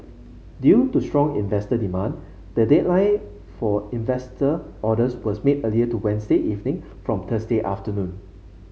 due to strong investor demand the deadline for investor orders was made earlier to Wednesday evening from Thursday afternoon